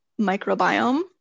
microbiome